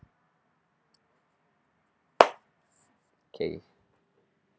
okay